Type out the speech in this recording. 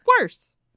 worse